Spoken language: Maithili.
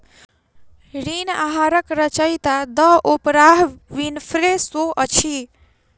ऋण आहारक रचयिता द ओपराह विनफ्रे शो अछि